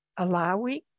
allowing